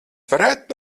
varētu